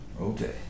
Okay